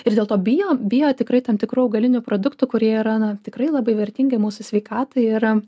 ir dėl to bijo bijo tikrai tam tikrų augalinių produktų kurie yra tikrai labai vertingi mūsų sveikatai yra